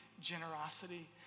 generosity